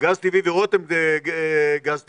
גז טבעי ורתם גז טבעי.